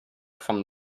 from